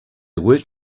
worked